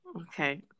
Okay